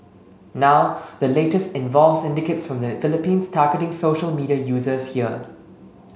now the latest involves syndicates from the Philippines targeting social media users here